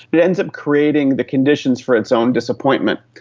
it ends up creating the conditions for its own disappointment.